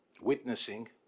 witnessing